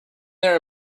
there